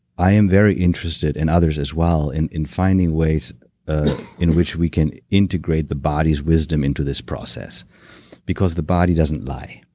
i am very interested, and others as well, in in finding ways in which we can integrate the body's wisdom into this process because the body doesn't lie.